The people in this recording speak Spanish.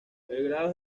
belgrado